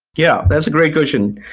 yeah, that's a great question.